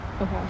Okay